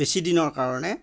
বেছিদিনৰ কাৰণে